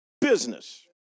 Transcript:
business